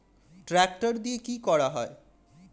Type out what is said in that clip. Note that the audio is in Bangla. ট্রাক্টর দিয়ে কি করা যায়?